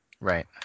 Right